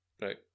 Right